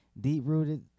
deep-rooted